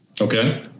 okay